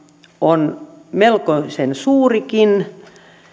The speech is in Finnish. on melkoisen suurikin